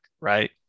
right